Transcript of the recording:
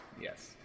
Yes